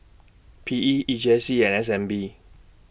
P E E J C and S N B